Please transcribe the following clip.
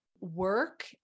work